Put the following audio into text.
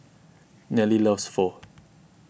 Nelly loves Pho